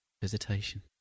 Visitation